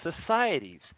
societies